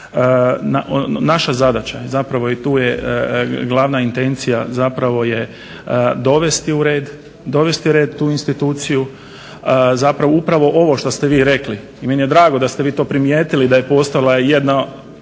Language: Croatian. Naša zadaća je zapravo i tu je glavna intencija zapravo je dovesti u red tu instituciju, zapravo upravo ovo što ste vi rekli i meni je drago da ste vi to primijetili da je postala i jedna,